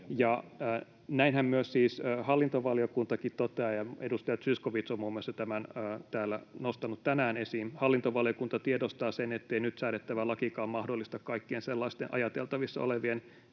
Näinhän siis hallintovaliokuntakin toteaa, ja muun muassa edustaja Zyskowicz on tämän täällä tänään nostanut esiin. Hallintovaliokunta tiedostaa sen, ettei nyt säädettävä lakikaan mahdollista kaikkien sellaisten ajateltavissa olevien